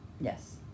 Yes